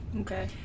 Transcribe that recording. Okay